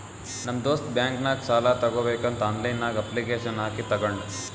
ನಮ್ ದೋಸ್ತ್ ಬ್ಯಾಂಕ್ ನಾಗ್ ಸಾಲ ತಗೋಬೇಕಂತ್ ಆನ್ಲೈನ್ ನಾಗೆ ಅಪ್ಲಿಕೇಶನ್ ಹಾಕಿ ತಗೊಂಡ್